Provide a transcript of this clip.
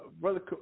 brother